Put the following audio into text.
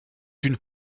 une